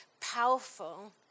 powerful